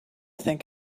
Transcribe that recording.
think